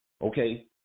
okay